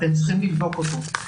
אתם צריכים לבדוק אותו.